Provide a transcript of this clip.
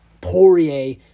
Poirier